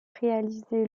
réalisé